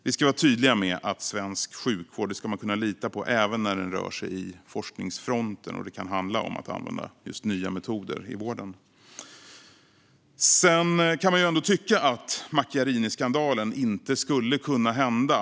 Vi ska vara tydliga med att man ska kunna lita på svensk sjukvård, även när den rör sig i forskningsfronten och det kan handla om att använda just nya metoder i vården. Man kan tycka att Macchiariniskandalen inte skulle ha kunnat hända.